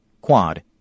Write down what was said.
quad